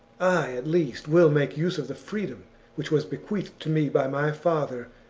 i, at least, will make use of the freedom which was bequeathed to me by my father,